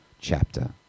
chapter